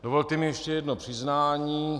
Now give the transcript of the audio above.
Dovolte mi ještě jedno přiznání.